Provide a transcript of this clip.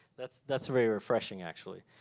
that's that's very refreshing, actually.